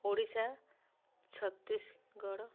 Odisha Chhattisgarh